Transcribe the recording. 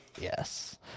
Yes